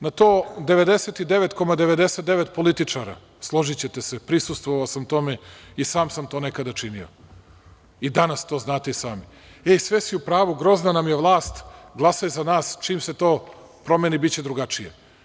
Na to, 99,99 političara, složićete se, prisustvovao sam tome a i sam sam to nekada činio, i danas to znate i sami – E, sve si u pravu, grozna nam je vlast, glasaj za nas, čim se to promeni, biće drugačije.